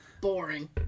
Boring